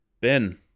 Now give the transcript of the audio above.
Ben